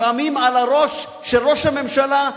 לפעמים על הראש של ראש הממשלה,